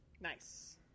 nice